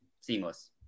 seamless